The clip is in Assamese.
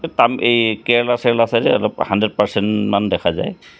তাম্ এই কেৰেলা চেৰেলা ছাইডে অলপ হাণড্ৰেড পাৰ্চেণ্টমান দেখা যায়